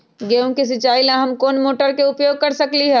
गेंहू के सिचाई ला हम कोंन मोटर के उपयोग कर सकली ह?